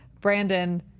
Brandon